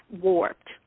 warped